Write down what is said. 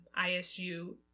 ISU